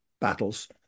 battles